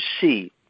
see